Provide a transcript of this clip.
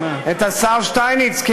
את השר שטייניץ,